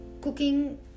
cooking